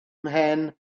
mhen